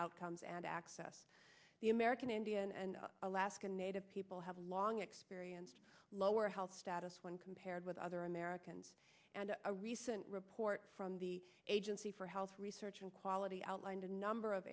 outcomes and access the american indian and alaska native people have long experience lower health status when compared with other americans and a recent report from the agency for health research and quality outlined a number of